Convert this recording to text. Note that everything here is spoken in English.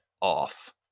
off